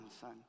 son